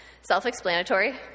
self-explanatory